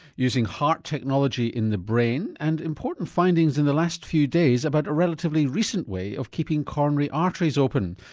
using heart technology in the brain and important findings in the last few days about a relatively recent way of keeping coronary arteries open,